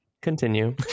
Continue